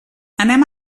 anem